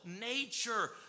nature